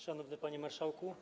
Szanowny Panie Marszałku!